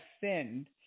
sinned